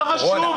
לא חשוב,